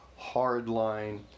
hardline